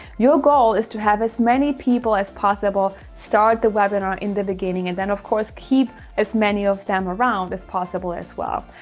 your goal is to have as many people as possible. start the webinar in the beginning. and then of course keep as many of them around as possible as well.